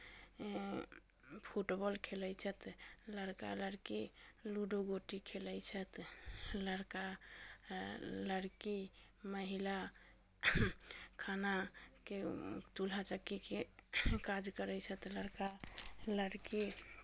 football खेलैत छथि लड़का लड़की लूडो गोटी खेलैत छथि लड़का लड़की महिला खानाके चूल्हा चक्कीके काज करैत छथि लड़का लड़की